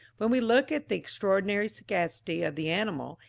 when we look at the extraordinary sagacity of the animal,